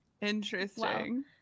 interesting